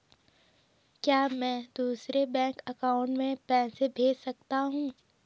क्या मैं दूसरे बैंक अकाउंट में पैसे भेज सकता हूँ?